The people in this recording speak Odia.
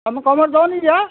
ତୁମେ କମରେ ଦେବନି କି